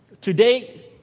today